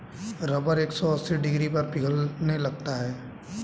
rubber एक सौ अस्सी डिग्री पर पिघलने लगता है